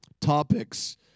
topics